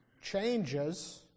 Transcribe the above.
changes